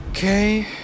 Okay